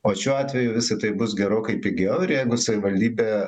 o šiuo atveju visa tai bus gerokai pigiau ir jeigu savivaldybė